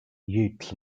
yeats